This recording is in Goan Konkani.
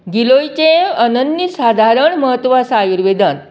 गिलोयचें अनन्य साधारण म्हत्व आसा आयुर्वेदात